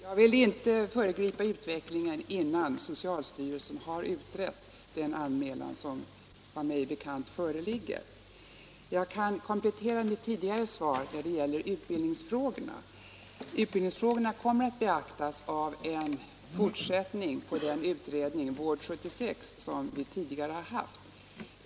Herr talman! Jag vill inte föregripa utvecklingen och socialstyrelsens utredning om den anmälan som, enligt vad jag har mig bekant, föreligger. Jag kan komplettera mitt tidigare svar när det gäller utbildningsfrågorna. De kommer att beaktas av en fortsättning på den utredning, Vård 76, som vi tidigare har haft.